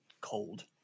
cold